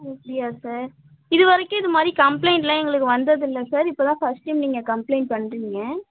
அப்படியா சார் இதுவரைக்கும் இது மாதிரி கம்ப்ளைன்ட்லாம் எங்களுக்கு வந்ததில்லை சார் இப்போதான் ஃபர்ஸ்ட் டைம் நீங்கள் கம்ப்ளைன்ட் பண்ணுறீங்க